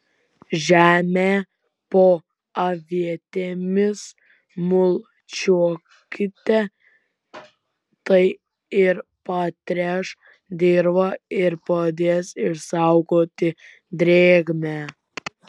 žemę po avietėmis mulčiuokite tai ir patręš dirvą ir padės išsaugoti drėgmę